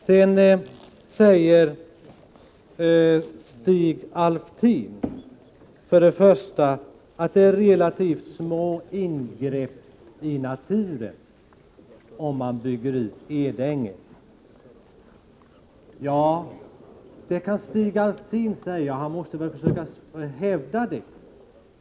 Sedan säger Stig Alftin att det blir relativt små ingrepp i naturen om man bygger ut Edänge. Ja, det kan Stig Alftin säga — han måste väl försöka hävda det.